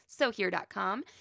SoHere.com